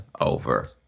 over